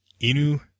Inu